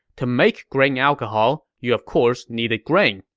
to make grain alcohol, you of course needed grain,